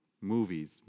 movies